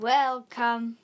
Welcome